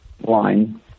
line